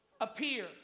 appear